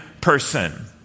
person